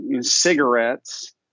cigarettes